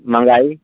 मंहगाई